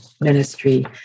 ministry